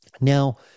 Now